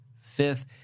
fifth